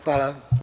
Hvala.